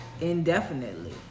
indefinitely